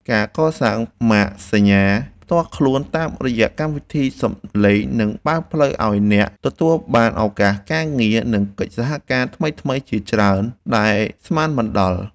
ការកសាងម៉ាកសញ្ញាផ្ទាល់ខ្លួនតាមរយៈកម្មវិធីសំឡេងនឹងបើកផ្លូវឱ្យអ្នកទទួលបានឱកាសការងារ និងកិច្ចសហការថ្មីៗជាច្រើនដែលស្មានមិនដល់។